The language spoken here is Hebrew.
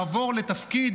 לבד.